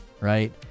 right